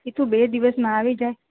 એ ટુ બે દિવસમાં આવી જા